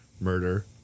murder